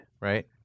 Right